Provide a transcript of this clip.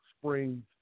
Springs